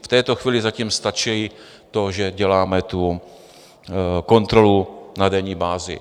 V této chvíli zatím stačí to, že děláme tu kontrolu na denní bázi.